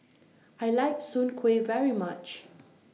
I like Soon Kuih very much